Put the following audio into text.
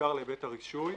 בעיקר להיבט הרישוי.